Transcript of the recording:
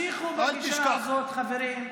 תמשיכו בגישה הזאת, חברים.